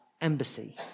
embassy